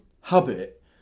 habit